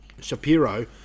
Shapiro